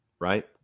right